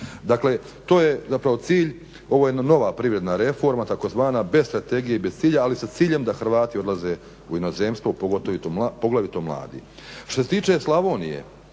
Dakle to je cilj, ovo je jedna nova privredna reforma tzv. bez strategije i bez cilja ali sa ciljem da Hrvati odlaze u inozemstvo poglavito mladi. Što se tiče Slavonije,